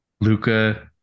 Luca